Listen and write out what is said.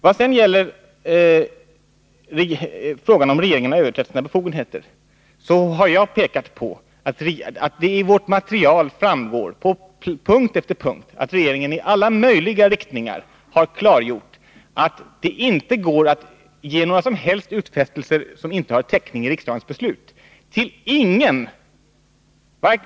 Vad gäller frågan om regeringen har överträtt sina befogenheter har jag pekat på att det av vårt material framgår på punkt efter punkt att regeringen i alla möjliga riktningar har klargjort att det inte går att ge några som helst utfästelser som inte har täckning i riksdagens beslut.